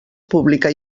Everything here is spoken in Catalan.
pública